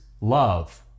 love